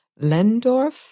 Lendorf